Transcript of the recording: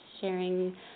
sharing